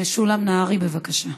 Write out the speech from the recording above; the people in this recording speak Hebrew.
משולם נהרי, בבקשה.